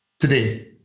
today